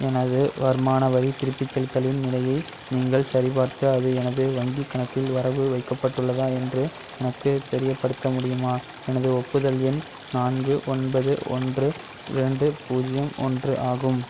எனது வருமான வரி திருப்பிச் செலுத்தலின் நிலையை நீங்கள் சரிபார்த்து அது எனது வங்கிக் கணக்கில் வரவு வைக்கப்பட்டுள்ளதா என்று எனக்குத் தெரியப்படுத்த முடியுமா எனது ஒப்புதல் எண் நான்கு ஒன்பது ஒன்று ரெண்டு பூஜ்ஜியம் ஒன்று ஆகும்